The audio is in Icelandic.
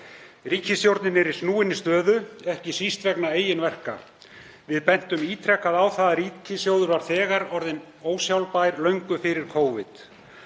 Ríkisstjórnin er í snúinni stöðu, ekki síst vegna eigin verka. Við bentum ítrekað á það að ríkissjóður var þegar orðinn ósjálfbær löngu fyrir Covid.